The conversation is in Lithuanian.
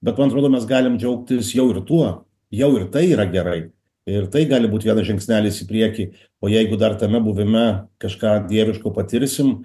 bet man atrodo mes galim džiaugtis jau ir tuo jau ir tai yra gerai ir tai gali būt vienas žingsnelis į priekį o jeigu dar tame buvime kažką dieviško patirsim